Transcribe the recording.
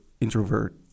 introvert